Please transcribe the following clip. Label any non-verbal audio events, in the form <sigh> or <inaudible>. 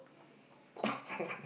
<laughs>